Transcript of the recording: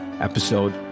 episode